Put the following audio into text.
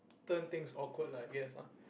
turn things awkward lah I guess lah